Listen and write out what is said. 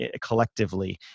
collectively